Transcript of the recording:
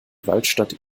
waldstadt